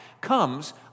comes